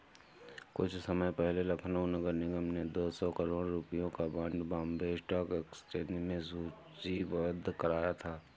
कुछ समय पहले लखनऊ नगर निगम ने दो सौ करोड़ रुपयों का बॉन्ड बॉम्बे स्टॉक एक्सचेंज में सूचीबद्ध कराया था